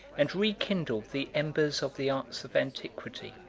and rekindled the embers of the arts of antiquity.